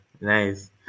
nice